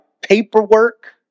paperwork